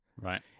right